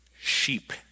Sheep